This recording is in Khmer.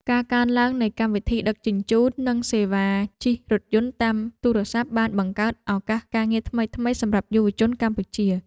ការកើនឡើងនៃកម្មវិធីដឹកជញ្ជូន និងសេវាជិះរថយន្តតាមទូរស័ព្ទបានបង្កើតឱកាសការងារថ្មីៗសម្រាប់យុវជនកម្ពុជា។